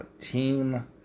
Team